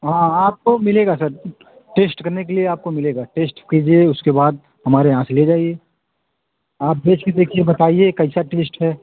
हाँ आपको मिलेगा सर टेस्ट करने के लिए आपको मिलेगा टेस्ट कीजिए उसके बाद हमारे यहाँ से ले जाइए आप भेज के देखिए बताइए कैसा टेस्ट है